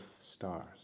stars